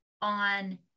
on